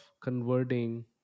converting